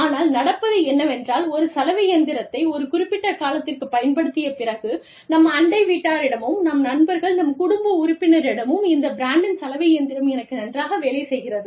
ஆனால் நடப்பது என்னவென்றால் ஒரு சலவை இயந்திரத்தை ஒரு குறிப்பிட்ட காலத்திற்கு பயன்படுத்திய பிறகு நம் அண்டை வீட்டாரிடமும் நம் நண்பர்கள் நம் குடும்ப உறுப்பினரிடமும் இந்த பிராண்டின் சலவை இயந்திரம் எனக்கு நன்றாக வேலை செய்கிறது